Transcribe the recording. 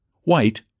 White